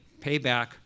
payback